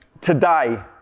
today